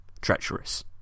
Treacherous